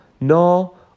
no